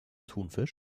thunfisch